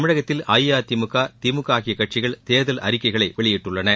தமிழகத்தில் அஇஅதிமுக திமுக ஆகிய கட்சிகள் தேர்தல் அறிக்கைகளை வெளியிட்டுள்ளன